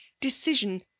decision—